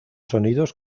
sonidos